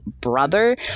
brother